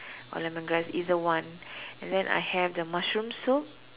or lemongrass either one and then I have the mushroom soup